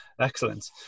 excellent